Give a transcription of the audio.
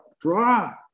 draw